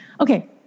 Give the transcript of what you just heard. Okay